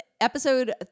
episode